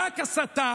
רק הסתה,